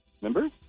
Remember